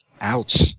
Ouch